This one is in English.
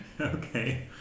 okay